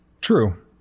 True